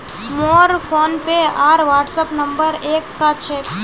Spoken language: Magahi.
मोर फोनपे आर व्हाट्सएप नंबर एक क छेक